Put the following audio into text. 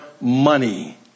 money